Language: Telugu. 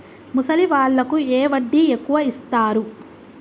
ముసలి వాళ్ళకు ఏ వడ్డీ ఎక్కువ ఇస్తారు?